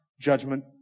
judgment